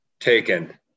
taken